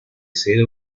ser